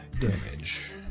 damage